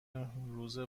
روز